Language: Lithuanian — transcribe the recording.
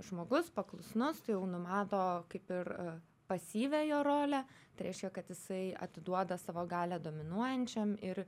žmogus paklusnus tai jau numato kaip ir pasyvią jo rolę tai reiškia kad jisai atiduoda savo galią dominuojančiam ir